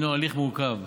זהו הליך מורכב,